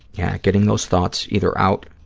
yeah, getting those thoughts either out